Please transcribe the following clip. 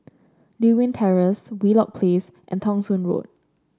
Lewin Terrace Wheelock Place and Thong Soon Road